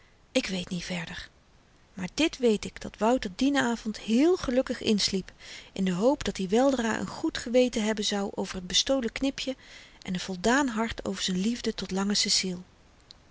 ik weet niet verder maar dit weet ik dat wouter dien avend heel gelukkig insliep in de hoop dat-i weldra n goed geweten hebben zou over t bestolen knipjen en n voldaan hart over z'n liefde tot lange